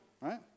right